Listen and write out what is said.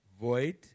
void